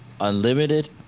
unlimited